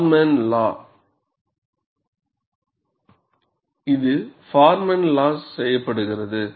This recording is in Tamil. ஃபார்மன் லா இது ஃபார்மன் லாவால் செய்யப்படுகிறது